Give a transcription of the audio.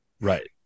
Right